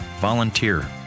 Volunteer